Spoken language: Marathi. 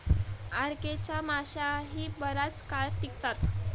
आर.के च्या माश्याही बराच काळ टिकतात